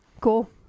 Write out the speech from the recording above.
Cool